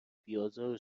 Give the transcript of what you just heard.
بیآزار